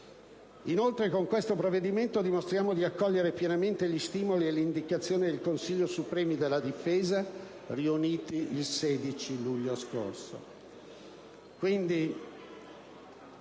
Inoltre, con questo provvedimento dimostriamo di accogliere pienamente gli stimoli e le indicazioni del Consiglio supremo di difesa, riunitosi il 6 luglio scorso.